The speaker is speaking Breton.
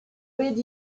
bet